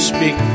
Speak